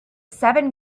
seven